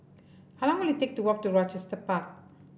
how long will it take to walk to Rochester Park